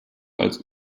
als